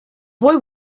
boy